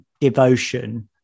devotion